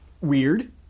Weird